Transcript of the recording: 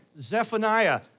Zephaniah